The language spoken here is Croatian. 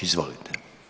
Izvolite.